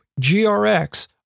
GRX